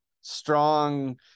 strong